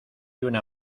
una